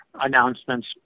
announcements